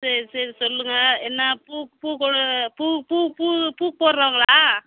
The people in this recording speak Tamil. சரி சரி சொல்லுங்கள் என்ன பூ பூ கொ பூ பூ பூ பூ போடுறவங்களா